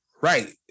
Right